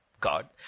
God